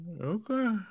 Okay